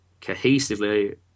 cohesively